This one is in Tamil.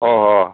ஓஹோ